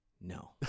No